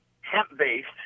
hemp-based